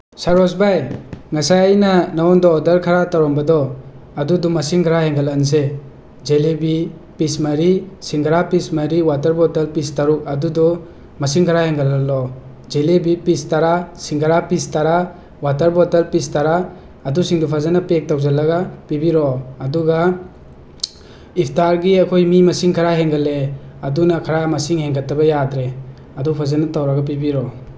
ꯁꯔꯣꯖ ꯚꯥꯏ ꯉꯁꯥꯏ ꯑꯩꯅ ꯅꯪꯉꯣꯟꯗ ꯑꯣꯗꯔ ꯈꯔ ꯇꯧꯔꯝꯕꯗꯣ ꯑꯗꯨꯗꯣ ꯃꯁꯤꯡ ꯈꯔ ꯍꯦꯟꯒꯠꯍꯟꯁꯦ ꯖꯤꯂꯤꯕꯤ ꯄꯤꯁ ꯃꯔꯤ ꯁꯤꯡꯒꯔꯥ ꯄꯤꯁ ꯃꯔꯤ ꯋꯥꯇꯔ ꯕꯣꯇꯜ ꯄꯤꯁ ꯇꯔꯨꯛ ꯑꯗꯨꯗꯣ ꯃꯁꯤꯡ ꯈꯔ ꯍꯦꯟꯒꯠꯍꯜꯂꯣ ꯖꯤꯂꯤꯕꯤ ꯄꯤꯁ ꯇꯔꯥ ꯁꯤꯡꯒꯔꯥ ꯄꯤꯁ ꯇꯔꯥ ꯋꯥꯇꯔ ꯕꯣꯇꯜ ꯄꯤꯁ ꯇꯔꯥ ꯑꯗꯨꯁꯤꯡꯗꯣ ꯐꯖꯅ ꯄꯦꯛ ꯇꯧꯁꯤꯜꯂꯒ ꯄꯤꯕꯤꯔꯛꯑꯣ ꯑꯗꯨꯒ ꯏꯐꯇꯥꯔꯒꯤ ꯑꯩꯈꯣꯏ ꯃꯤ ꯃꯁꯤꯡ ꯈꯔ ꯍꯦꯟꯒꯠꯂꯛꯑꯦ ꯑꯗꯨꯅ ꯈꯔ ꯃꯁꯤꯡ ꯍꯦꯟꯒꯠꯇꯕ ꯌꯥꯗ꯭ꯔꯦ ꯑꯗꯨ ꯐꯖꯅ ꯇꯧꯔꯒ ꯄꯤꯕꯤꯔꯛꯑꯣ